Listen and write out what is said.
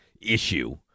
issue